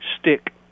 stick